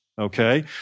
okay